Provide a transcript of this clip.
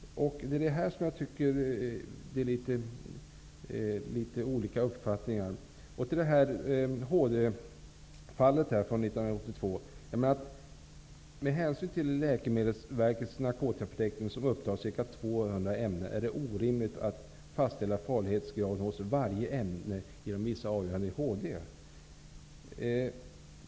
Här har vi litet olika uppfattningar. Jag menar att det med hänsyn till Socialstyrelsens narkotikaförteckning, som upptar ca 200 ämnen, är orimligt att fastställa farlighetsgraden hos varje ämne genom vissa avgöranden i Högsta domstolen, som i fallet från 1983.